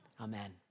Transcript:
amen